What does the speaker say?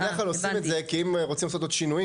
בדרך כלל עושים את זה כי אם רוצים לעשות עוד שינויים,